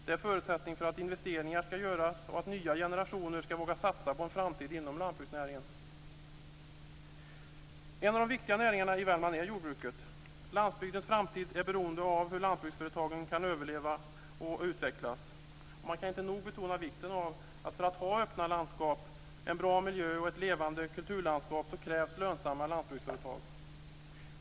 Det är förutsättningen för att investeringar ska göras och för att nya generationer ska våga satsa på en framtid inom lantbruksnäringen. Jordbruket är en av de viktiga näringarna i Värmland. Landsbygdens framtid är beroende av hur lantbruksföretagen kan överleva och utvecklas. Man kan inte nog betona vikten av lönsamma lantbruksföretag för möjligheterna att upprätthålla öppna landskap, en bra miljö och ett levande kulturlandskap.